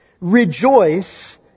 rejoice